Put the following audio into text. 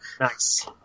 Nice